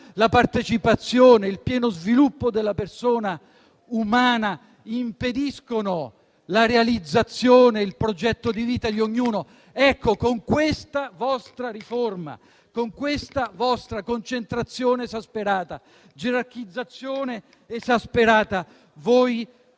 partecipazione, il pieno sviluppo della persona umana, impediscono la realizzazione e il progetto di vita di ognuno. Con questa vostra "riforma", con questa vostra concentrazione esasperata, con questa gerarchizzazione esacerbata, voi